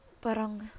parang